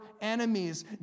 enemies